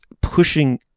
pushing